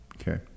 okay